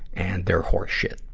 and their horse shit.